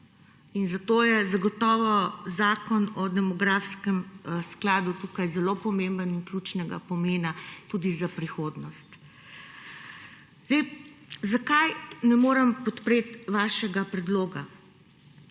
zato je zagotovo zakon o demografskem skladu tukaj zelo pomemben in ključnega pomena tudi za prihodnost. Zakaj ne morem podpreti vašega predloga?